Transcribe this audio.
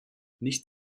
nicht